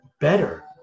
better